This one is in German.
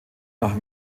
nach